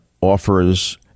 offers